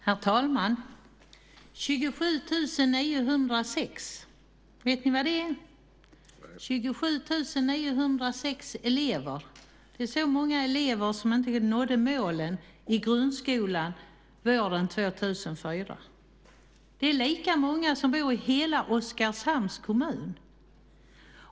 Herr talman! 27 906. Vet ni vad det är? 27 906 elever. Så många elever nådde inte målen i grundskolan våren 2004. Det är lika många som antalet invånare i hela Oskarshamns kommun.